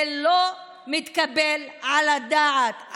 זה לא מתקבל על הדעת,